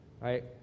right